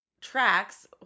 tracks